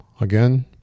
again